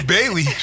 Bailey